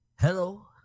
hello